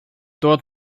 dort